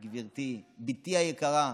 גברתי, בתי היקרה,